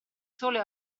sole